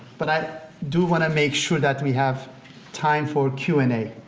but i do want to make sure that we have time for q and a.